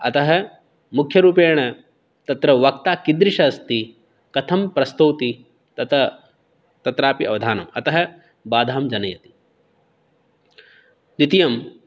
अतः मुख्यरूपेण तत्र वक्ता कीदृशः अस्ति कथं प्रस्तौति तत् तत्रापि अवधानं अतः बाधां जनयति द्वितीयं